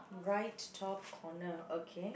right top corner okay